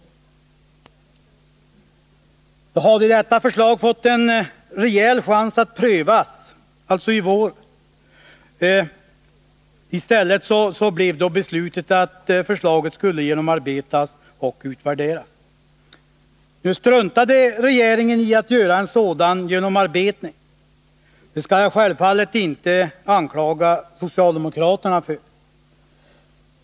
Vid det tillfället hade förslaget haft en rejäl chans att prövas, men i stället blev beslutet att förslaget skulle genomarbetas och utvärderas. Regeringen struntade i att göra en sådan genomarbetning — det skall jag självfallet inte anklaga socialdemokraterna för.